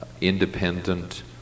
independent